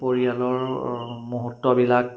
পৰিয়ালৰ মুহূৰ্তবিলাক